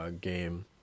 game